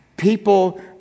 People